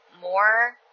more